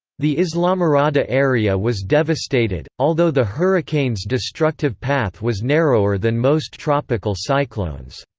the islamorada area was devastated, although the hurricane's destructive path was narrower than most tropical cyclones.